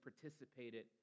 participated